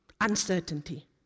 Uncertainty